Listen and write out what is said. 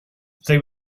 they